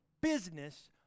business